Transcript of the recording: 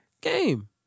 Game